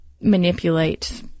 manipulate